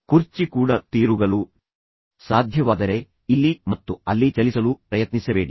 ಕುರ್ಚಿ ಕೂಡ ತಿರುಗಲು ಸಾಧ್ಯವಾದರೆ ಇಲ್ಲಿ ಮತ್ತು ಅಲ್ಲಿ ಚಲಿಸಲು ಪ್ರಯತ್ನಿಸಬೇಡಿ